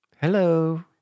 Hello